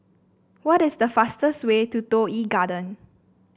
what is the fastest way to Toh Yi Garden